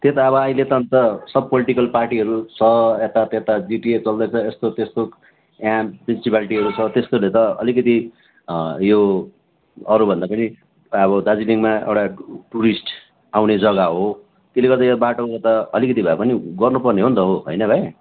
त्यही त अब अहिले त अन्त सब पोलिटिकल पार्टीहरू छ यता त्यता जिटिए चल्दैछ यस्तो त्यस्तो काम याँ म्युनिसिपालिटीहरू छ त्यस्तोहरूले त अलिकति यो अरूभन्दा पनि अब दार्जिलिङमा एउटा टुरिस्ट आउने जग्गा हो त्यल्ले गर्दा यो बाटोको त अलिकति भए पनि गर्नु पर्ने हो नि त हौ होइन भाइ